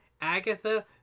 Agatha